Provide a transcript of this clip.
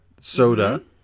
soda